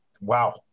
wow